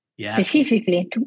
specifically